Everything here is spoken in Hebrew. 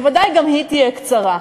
שוודאי גם היא תהיה קצרה.